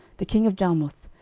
the king of jarmuth,